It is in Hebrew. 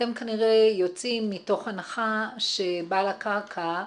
אתם כנראה יוצאים מתוך הנחה שבעל הקרקע,